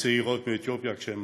בצעירות מאתיופיה כשהן